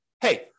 hey